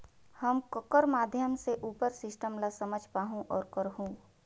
हम ककर माध्यम से उपर सिस्टम ला समझ पाहुं और करहूं?